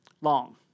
long